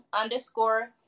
underscore